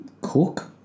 cook